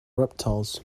reptiles